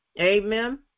Amen